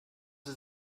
sie